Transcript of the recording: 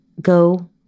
Go